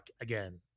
again